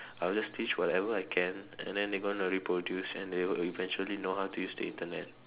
I will just teach whatever I can and then they are going to reproduce and they will eventually know how to use the Internet